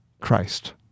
Christ